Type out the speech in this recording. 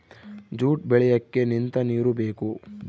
jute ಬೆಳಿಯಕ್ಕೆ ನಿಂತ ನೀರು ಬೇಕು